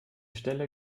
stelle